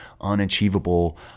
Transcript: unachievable